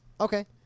Okay